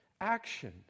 action